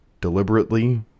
deliberately